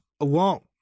alone